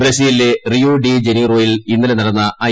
ബ്രസീലിലെ റിയോ ഡി ജനീറോയിൽ ഇന്നലെ നടന്ന ഐ